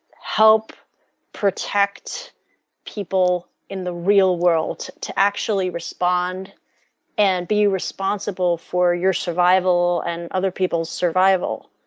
help protect people in the real world to actually respond and be responsible for your survival and other people's survival.